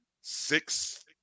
six